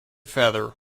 feather